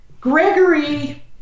Gregory